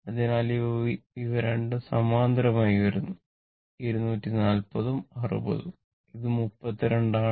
അതിനാൽ ഇവ രണ്ടും സമാന്തരമായി വരുന്നു 240 ഉം 60 ഉം ഇത് 32 ആണ്